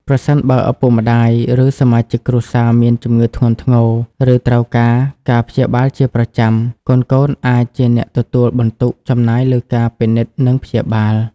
ប្រសិនបើឪពុកម្ដាយ ឬសមាជិកគ្រួសារមានជំងឺធ្ងន់ធ្ងរ ឬត្រូវការការព្យាបាលជាប្រចាំ កូនៗអាចជាអ្នកទទួលបន្ទុកចំណាយលើការពិនិត្យនិងព្យាបាល។